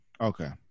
Okay